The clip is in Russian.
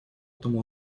этом